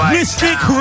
Mystic